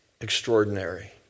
extraordinary